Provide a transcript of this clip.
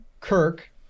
Kirk